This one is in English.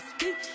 speak